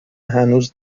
هنوز